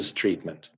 treatment